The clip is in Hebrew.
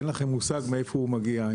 אין לכם מושג מאיפה הוא מגיע.